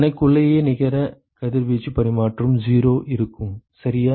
தனக்குள்ளேயே நிகர கதிர்வீச்சு பரிமாற்றம் 0 இருக்கும் சரியா